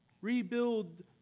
rebuild